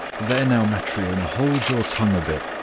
there now, matryona, hold your tongue a bit.